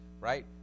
Right